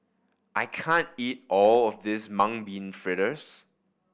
I can't eat all of this Mung Bean Fritters